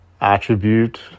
attribute